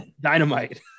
dynamite